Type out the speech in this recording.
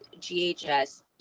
GHS